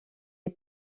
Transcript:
est